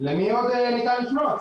למי עוד ניתן לפנות?